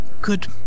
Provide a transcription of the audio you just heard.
good